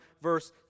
verse